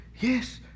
yes